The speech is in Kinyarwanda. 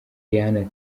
diane